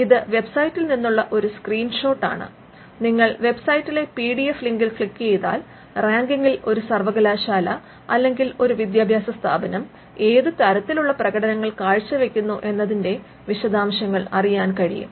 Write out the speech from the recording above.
ഇത് വെബ്സൈറ്റിൽ നിന്നുള്ള ഒരു സ്ക്രീൻഷോട്ട് ആണ് നിങ്ങൾ വെബ്സൈറ്റിലെ പി ഡി എഫ് ലിങ്കിൽ ക്ലിക്ക് ചെയ്താൽ റാങ്കിംഗിൽ ഒരു സർവകലാശാല അല്ലെങ്കിൽ ഒരു വിദ്യാഭാസ സ്ഥാപനം ഏത് തരത്തിലുള്ള പ്രകടനങ്ങൾ കാഴ്ചവയ്ക്കുന്നു എന്നതിന്റെ വിശദാംശങ്ങൾ അറിയാൻ കഴിയും